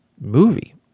movie